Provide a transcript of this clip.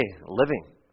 living